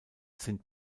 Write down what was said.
sind